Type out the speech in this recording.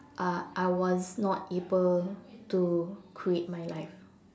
uh I was not able to create my life